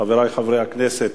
חברי חברי הכנסת,